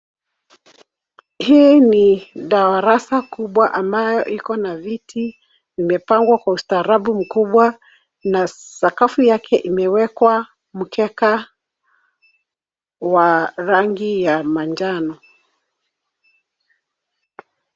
Hii ni darasa kubwa ambayo Iko na viti imepangwa kwa ustaarabu mkubwa na sakafu yake umewekwa mkeka wa rangi ya manjano.